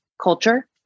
culture